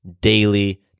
daily